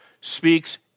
speaks